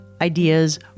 Ideas